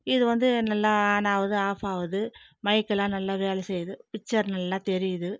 இது வந்து நல்லா ஆன் ஆவுது ஆஃப் ஆவுது மைக்லாம் நல்லா வேலை செய்யுது பிக்சர் நல்லா தெரியுது